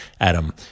Adam